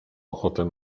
ochotę